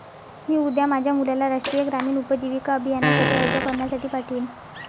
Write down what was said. मी उद्या माझ्या मुलाला राष्ट्रीय ग्रामीण उपजीविका अभियानासाठी अर्ज करण्यासाठी पाठवीन